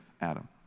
Adam